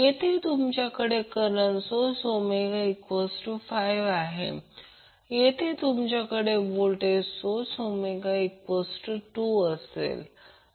येथे तुमच्याकडे current source ω5 येथे तुमच्याकडे व्होल्टेज सोर्स ω2असेल